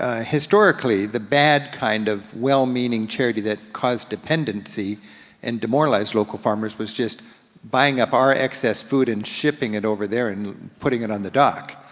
ah historically the bad kind of well-meaning charity that caused dependency and demoralized local farmers was just buying up our excess food, and shipping it over there, and putting it on the dock.